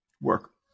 work